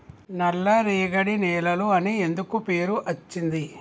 నల్లరేగడి నేలలు అని ఎందుకు పేరు అచ్చింది?